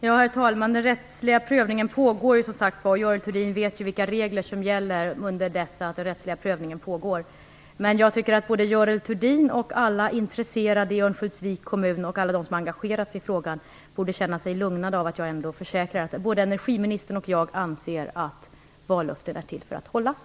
Herr talman! Den rättsliga prövningen pågår. Görel Thurdin vet ju vilka regler som gäller under det att den rättsliga prövningen pågår. Men jag tycker att Görel Thurdin, alla intresserade i Örnsköldsviks kommun och alla de som engagerat sig i frågan borde känna sig lugnade av att jag ändå försäkrar att både energiministern och jag anser att vallöften är till för att hållas.